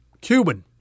Cuban